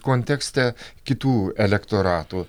kontekste kitų elektoratų